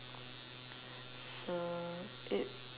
so it~